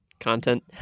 content